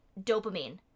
dopamine